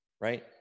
right